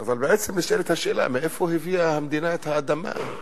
אבל בעצם נשאלת השאלה: מאיפה הביאה המדינה את האדמה?